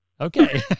Okay